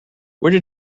where